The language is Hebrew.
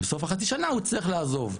בסוף החצי שנה הוא צריך לעזוב,